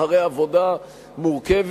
אחרי עבודה מורכבת.